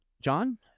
John